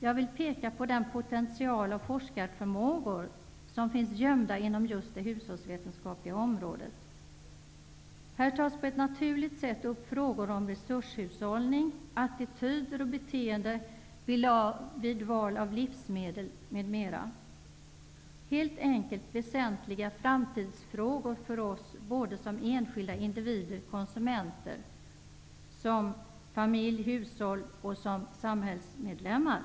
Jag vill peka på den potential och de forskarförmågor som finns gömda inom just det hushållsvetenskapliga området. Här tas frågor om resurshushållning, attityder och beteende vid val av livsmedel m.m. upp på ett naturligt sätt. Det är helt enkelt väsentliga framtidsfrågor för oss som enskilda individer, konsumenter, familjer, hushåll och samhällsmedlemmar.